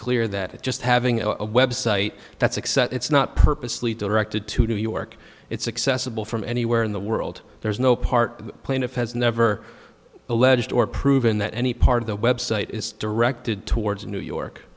clear that it's just having a website that's except it's not purposely directed to new york it's accessible from anywhere in the world there is no part plaintiff has never alleged or proven that any part of the website is directed towards new york